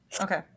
okay